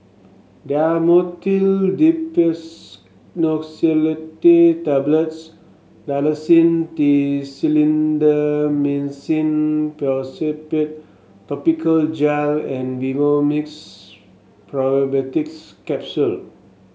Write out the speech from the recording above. Dhamotil Diphenoxylate Tablets Dalacin T Clindamycin Phosphate Topical Gel and Vivomixx Probiotics Capsule